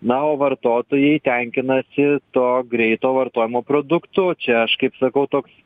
na o vartotojai tenkinasi to greito vartojimo produktu čia aš kaip sakau toks